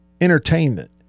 Entertainment